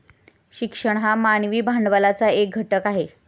शिक्षण हा मानवी भांडवलाचा एक घटक आहे